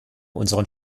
unseren